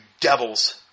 devils